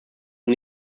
und